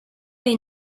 jej